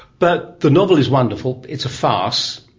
but the novel is wonderful, it's a farce,